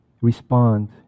respond